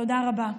תודה רבה.